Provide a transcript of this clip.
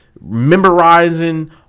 Memorizing